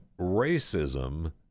racism